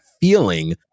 feeling